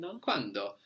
Quando